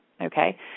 okay